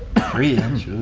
three-inch?